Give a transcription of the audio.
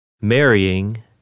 marrying